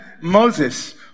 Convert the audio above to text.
Moses